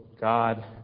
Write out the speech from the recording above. God